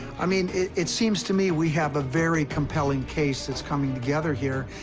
i mean, it seems to me we have a very compelling case that's coming together here.